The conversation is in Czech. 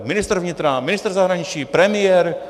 Ministr vnitra, ministr zahraničí, premiér?